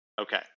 okay